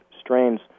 strains